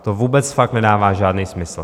To vůbec fakt nedává žádný smysl.